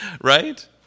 right